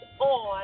on